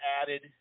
added